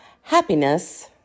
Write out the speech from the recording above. happiness